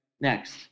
next